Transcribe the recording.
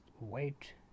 wait